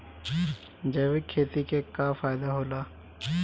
जैविक खेती क का फायदा होला?